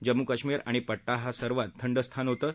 जम्मू कश्मीर आणि पट्टा हा सर्वात थंड स्थान होतं